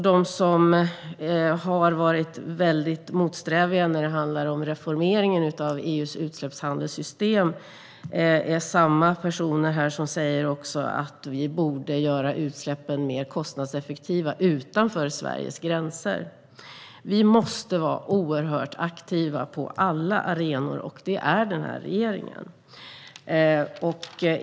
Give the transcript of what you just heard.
De som har varit väldigt motsträviga till reformeringen av EU:s utsläppshandelssystem är samma personer som här säger att vi borde göra utsläppen mer kostnadseffektiva utanför Sveriges gränser. Vi måste vara oerhört aktiva på alla arenor, och det är den här regeringen.